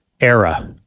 era